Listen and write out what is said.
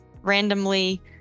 randomly